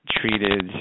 treated